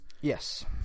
Yes